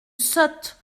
sotte